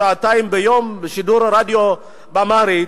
שעתיים ביום שידור רדיו באמהרית.